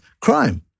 crime